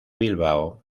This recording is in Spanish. bilbao